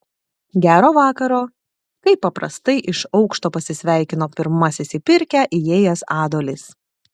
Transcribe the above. gero vakaro kaip paprastai iš aukšto pasisveikino pirmasis į pirkią įėjęs adolis